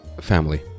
Family